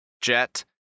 Jet